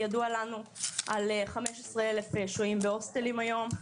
ידוע לנו על 15 אלף שוהים בהוסטלים היום.